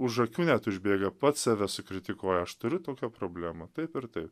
už akių net užbėga pats save sukritikuoja aš turiu tokią problemą taip ir tai